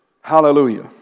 Hallelujah